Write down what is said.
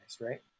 right